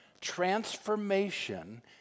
transformation